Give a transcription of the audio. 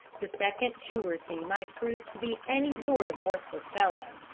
the second surety might prove to be any sort of worthless fellow.